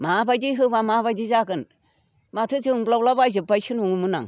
माबायदि होब्ला माबायदि जागोन माथो जोंब्लावलाबायजोबबायसो नङोमोन आं